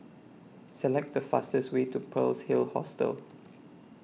Select The fastest Way to Pearl's Hill Hostel